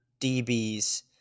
DBs